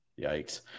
Yikes